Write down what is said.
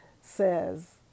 says